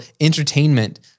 entertainment